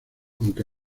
aunque